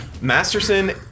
Masterson